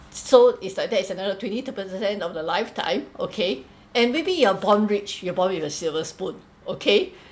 so it's like that is another twenty thirty percent of the lifetime okay and maybe you are born rich you're born with a silver spoon okay